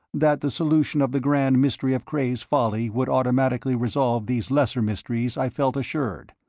that the solution of the grand mystery of cray's folly would automatically resolve these lesser mysteries i felt assured,